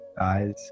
eyes